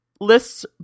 lists